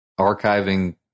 archiving